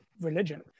religion